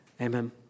amen